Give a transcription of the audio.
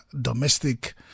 domestic